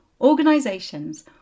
Organisations